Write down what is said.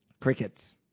Crickets